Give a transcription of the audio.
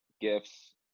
Gifts